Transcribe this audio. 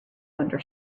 owner